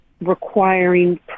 requiring